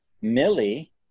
Millie